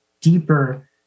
deeper